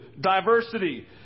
diversity